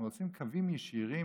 אנחנו רוצים קווים ישירים